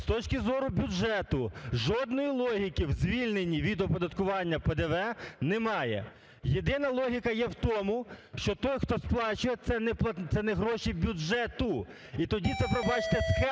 З точки зору бюджету. Жодної логіки в звільненні від оподаткування ПДВ немає. Єдина логіка є в тому, що той, хто сплачує це не гроші бюджету і тоді це, пробачте, схема,